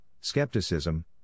skepticism